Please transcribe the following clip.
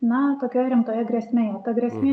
na tokioje rimtoje grėsmėje ta grėsmė